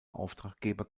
auftraggeber